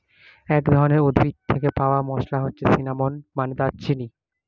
এক ধরনের উদ্ভিদ থেকে পাওয়া মসলা হচ্ছে সিনামন, মানে দারুচিনি